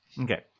Okay